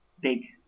big